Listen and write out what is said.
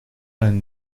and